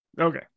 Okay